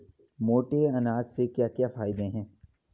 मोटे अनाज के क्या क्या फायदे हैं?